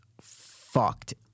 fucked